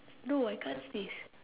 no I can't sneeze